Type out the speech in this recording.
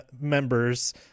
members